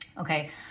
okay